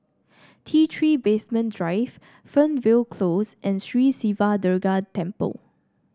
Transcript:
T Three Basement Drive Fernvale Close and Sri Siva Durga Temple